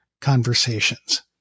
conversations